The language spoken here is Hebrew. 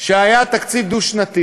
בפעם האחרונה שהיה תקציב דו-שנתי,